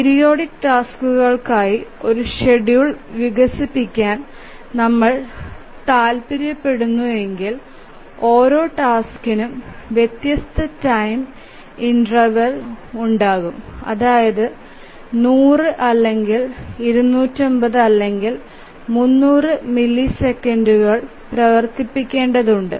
periodic ടാസ്ക്കുകൾക്കായി ഒരു schedule വികസിപ്പിക്കാൻ നമ്മൾ താൽപ്പര്യപ്പെടുന്നെങ്കിൽ ഓരോ ടാസ്കിനും വ്യത്യസ്ത ടൈം ഇന്റെർവൽസ് ഉണ്ടാകും അതായത് 100 അല്ലെങ്കിൽ 250 അല്ലെങ്കിൽ 300 മില്ലിസെക്കൻഡുകൾ പ്രവർത്തിപ്പിക്കേണ്ടതുണ്ട്